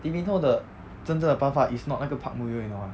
lee min [ho] 的真正的爸爸 is not 那个 park moo yeol 你懂吗